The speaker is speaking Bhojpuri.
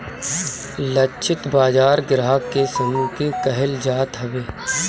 लक्षित बाजार ग्राहक के समूह के कहल जात हवे